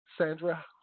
Sandra